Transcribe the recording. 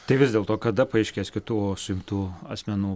tai vis dėlto kada paaiškės kitų suimtų asmenų